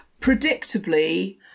predictably